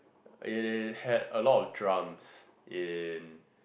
it had a lot of drums in